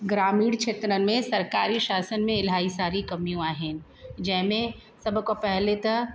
ग्रामीण खेत्र में सरकारियूं शासन में इलाही सारी कमियूं आहिनि जंहिं में सभु खां पहले त